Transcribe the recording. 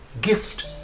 gift